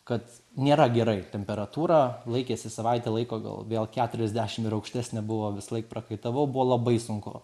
kad nėra gerai temperatūra laikėsi savaitę laiko gal vėl keturiasdešim ir aukštesnė buvo visąlaik prakaitavau buvo labai sunku